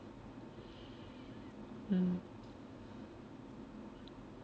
mm